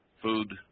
Food